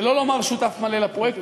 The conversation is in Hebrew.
שלא לומר היה שותף מלא לפרויקט,